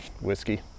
whiskey